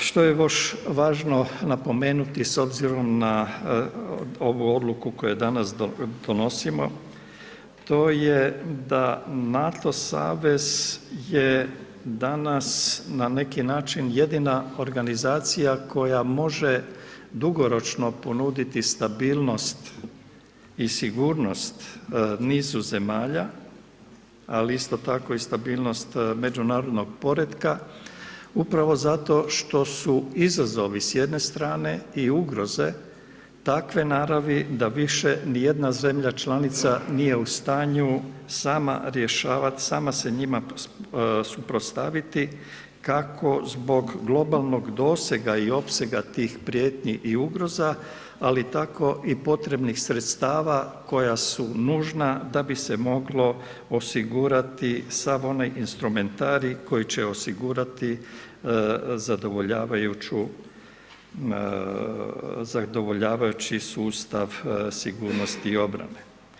Što je još važno napomenuti s obzirom na ovu odluku koju danas donosimo, to je da NATO savez je danas na neki način jedina organizacija koja može dugoročno ponuditi stabilnost i sigurnost nizu zemalja, ali isto tako i stabilnost međunarodnog poretka upravo zato što su izazovi s jedne strane i ugroze takve naravi da više nijedna zemlja članica nije u stanju sama rješavat, sama se njima suprotstaviti, kako zbog globalnog dosega i opsega tih prijetnji i ugroza, ali tako i potrebnih sredstava koja su nužna da bi se moglo osigurati sav onaj instrumentarij koji će osigurati zadovoljavajući sustav sigurnosti i obrane.